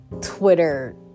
Twitter